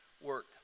work